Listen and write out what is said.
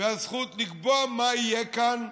והזכות לקבוע מה יהיה כאן,